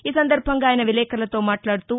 ఈ సందర్భంగా ఆయన విలేకరులతో మాట్లాడుతూ